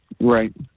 Right